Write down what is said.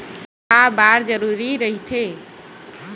का बार जरूरी रहि थे?